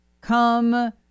come